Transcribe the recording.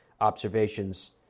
observations